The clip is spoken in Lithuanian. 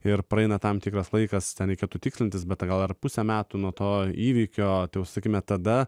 ir praeina tam tikras laikas tam reikėtų tikslintis bet gal pusę metų nuo to įvykio tai užsukime tada